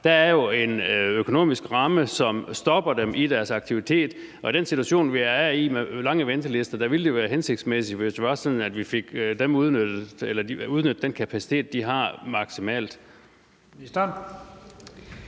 Der er jo en økonomisk ramme, som stopper dem i deres aktivitet, og i den situation, vi er i, med lange ventelister ville det være hensigtsmæssigt, hvis det var sådan, at vi fik udnyttet den kapacitet, de har, maksimalt.